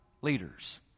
leaders